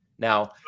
Now